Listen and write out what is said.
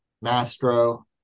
Mastro